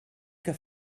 que